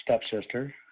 stepsister